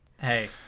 Hey